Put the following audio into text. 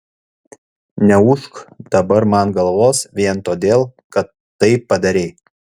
neūžk dabar man galvos vien todėl kad tai padarei